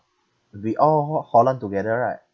we all hor hor lan together right